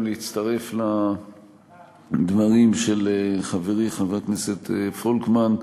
גם להצטרף לדברים של חברי חבר הכנסת פולקמן,